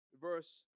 verse